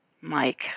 Mike